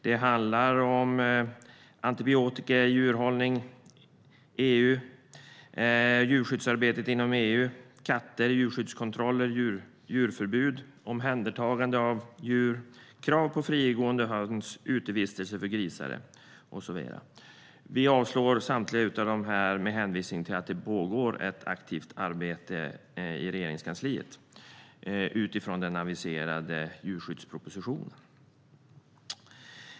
Det handlar om antibiotika i djurhållning i EU, djurskyddsarbetet inom EU, katter, djurskyddskontroller, djurförbud, omhändertagande av djur, krav på frigående höns, utevistelse för grisar och så vidare. Utskottet avstyrker samtliga av dem med hänvisning till att det pågår ett aktivt arbete i Regeringskansliet utifrån den aviserade djurskyddspropositionen.